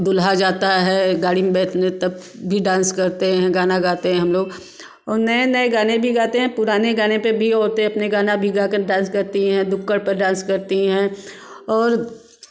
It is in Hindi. दूल्हा जाता है गाड़ी में बैठने तब भी डांस करते हैं गाना गाते हैं हम लोग और नए नए गाने भी गाते हैं पुराने गाने पे भी होते हैं अपने गाना भी गाकर डांस करती हैं दुक्कड़ पर डांस करती हैं और